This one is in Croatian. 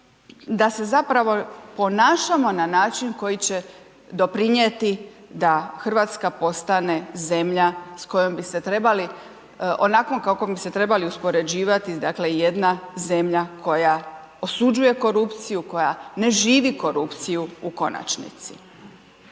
da se zapravo ponašamo na način koji će doprinjeti da RH postane zemlja s kojom bi se trebali, onakvom kakvom bi se trebali uspoređivati, dakle, jedna zemlja koja osuđuje korupciju, koja ne živi korupciju u konačnici.